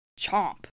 chomp